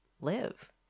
live